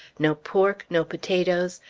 no pork, no potatoes,